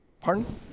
pardon